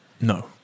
No